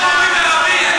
אתה מורי ורבי.